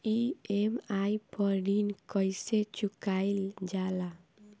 EMI पर ऋण कईसे चुकाईल जाला?